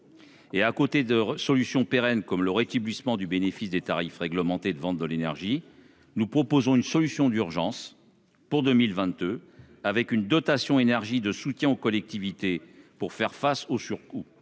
À côté de solutions pérennes, comme le rétablissement du bénéfice des tarifs réglementés de vente de l'énergie, nous proposons une solution d'urgence, pour 2022, avec une dotation énergie de soutien aux collectivités pour faire face au surcoût.